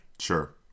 Sure